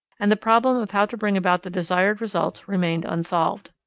and the problem of how to bring about the desired results remained unsolved.